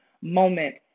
moment